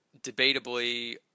debatably